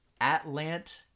Atlant